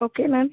okay ma'am